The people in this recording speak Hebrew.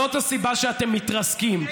זאת הסיבה שאתם מתרסקים.